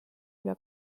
üle